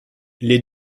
les